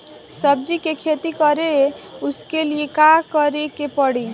सब्जी की खेती करें उसके लिए का करिके पड़ी?